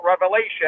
revelation